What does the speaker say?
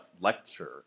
lecture